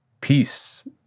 peace